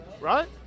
right